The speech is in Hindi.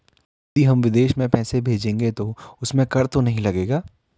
यदि हम विदेश में पैसे भेजेंगे तो उसमें कर तो नहीं लगेगा?